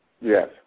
Yes